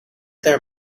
there